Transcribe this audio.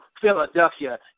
Philadelphia